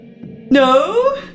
No